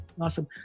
Awesome